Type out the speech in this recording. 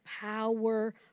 power